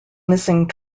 missing